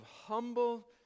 humble